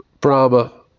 Brahma